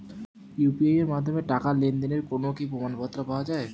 UPI এর মাধ্যমে টাকা লেনদেনের কোন কি প্রমাণপত্র পাওয়া য়ায়?